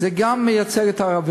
זה מייצג גם את הערבים,